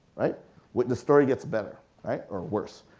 wait the story gets better or worse.